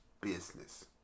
business